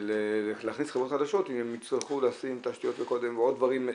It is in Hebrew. להכניס חברות חדשות אם הן יצטרכו לשים תשתיות קודם ועוד דברים.